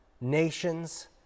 nations